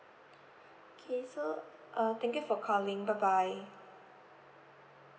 okay so uh thank you for calling bye bye